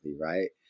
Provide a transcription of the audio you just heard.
right